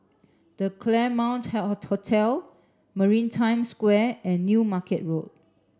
the Claremont Hotel Maritime Square and New Market Road